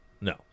No